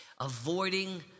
Avoiding